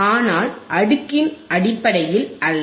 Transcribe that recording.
ஆனால் அடுக்கின் அடிப்படையில் அல்ல